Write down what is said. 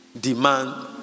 demand